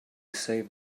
saved